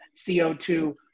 CO2